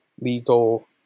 legal